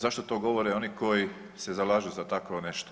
Zašto to govore oni koji se zalažu za takvo nešto?